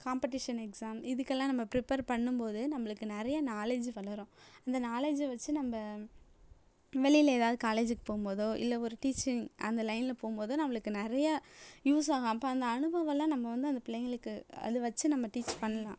competition exam இதுக்கெல்லாம் நம்ம prepare பண்ணும்போது நம்மளுக்கு நிறைய நாலேஜ் வளரும் அந்த நாலேஜை வெச்சு நம்ம வெளியில் ஏதாவது காலேஜுக்கு போகும்போதோ இல்லை ஒரு டீச்சிங் அந்த லைனில் போகும்போதோ நம்மளுக்கு நிறைய யூஸாகும் அப்போ அந்த அனுபவம்லாம் நம்ம வந்து அந்த பிள்ளைகளுக்கு அதை வெச்சி நம்ம டீச் பண்ணலாம்